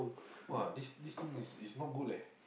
!wah! this this thing is is not good leh